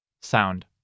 Sound